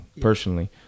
personally